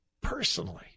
personally